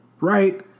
right